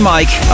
Mike